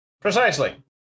Precisely